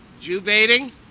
Jew-baiting